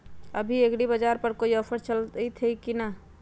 अभी एग्रीबाजार पर कोई ऑफर चलतई हई की न?